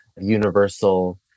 universal